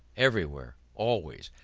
everywhere, always,